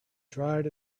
dried